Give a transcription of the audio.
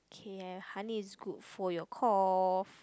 okay honey is good for your cough